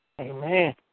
Amen